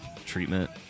treatment